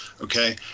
okay